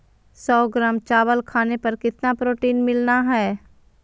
सौ ग्राम चावल खाने पर कितना प्रोटीन मिलना हैय?